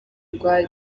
rwa